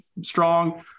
strong